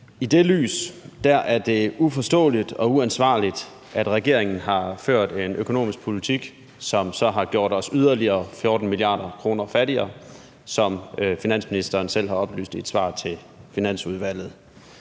I det lys er det uforståeligt og uansvarligt, at regeringen har ført en økonomisk politik, som så har gjort os yderligere 14 mia. kr. fattigere, som finansministeren selv har oplyst i et svar til Finansudvalget.